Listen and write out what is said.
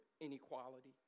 inequality